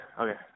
okay